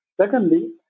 Secondly